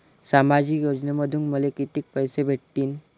सामाजिक योजनेमंधून मले कितीक पैसे भेटतीनं?